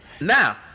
Now